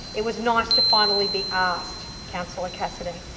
it was nice to finally be asked, councillor cassidy.